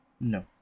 No